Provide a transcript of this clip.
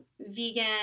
vegan